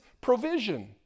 provision